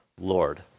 Lord